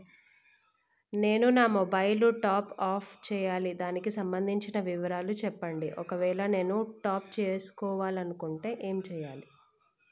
నేను నా mobile top up చేయాలి దానికి సంబంధించిన వివరాలు చెప్పండి ఒకవేళ నేను టాప్ చేసుకోవాలనుకుంటే ఏం చేయాలి?